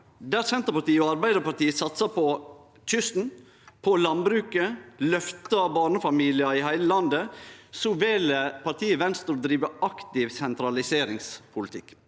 Der Senterpartiet og Arbeidarpartiet satsar på kysten og på landbruket og løftar barnefamiliar i heile landet, vel partiet Venstre å drive aktiv sentraliseringspolitikk.